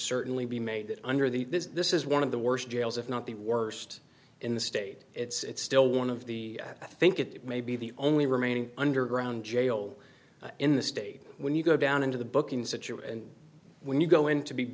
certainly be made that under the this is one of the worst jails if not the worst in the state it's still one of the i think it may be the only remaining underground jail in the state when you go down into the book in situ and when you go in to b